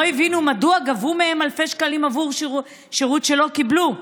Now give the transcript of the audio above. הבינו מדוע גבו מהם אלפי שקלים עבור שירות שלא קיבלו.